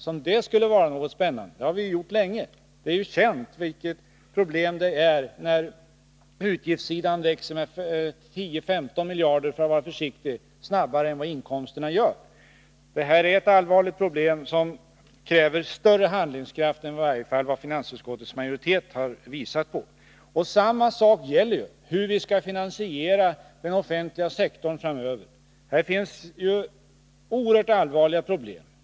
Som om det skulle vara någonting spännande! Det har vi gjort länge. Det är ju känt vilket problem det är när utgiftssidan växer med 10-15 miljarder, för att vara försiktig, snabbare än vad inkomsterna gör. Det här är ett allvarligt problem som kräver större handlingskraft än i varje fall vad finansutskottets majoritet har visat på. Hur skall vi kunna finansiera den offentliga sektorn framöver? Även här finns det oerhört allvarliga problem.